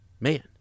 man